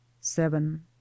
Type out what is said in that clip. seven